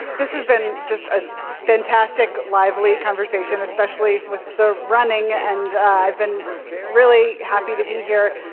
this has been just a fantastic, lively conversation, especially with the running. and i've been really happy to be here.